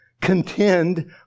contend